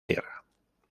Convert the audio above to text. tierra